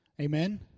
Amen